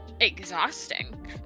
exhausting